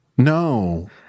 No